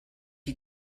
you